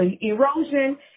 erosion